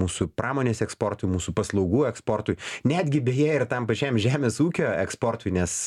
mūsų pramonės eksportui mūsų paslaugų eksportui netgi beje ir tam pačiam žemės ūkio eksportui nes